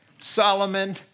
Solomon